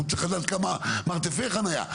הוא צריך לדעת כמה מרתפי חניה.